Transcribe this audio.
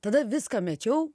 tada viską mečiau